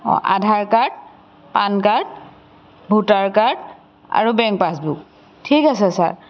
অঁ Aadhaar card PAN card voter card আৰু bank passbook ঠিক আছে ছাৰ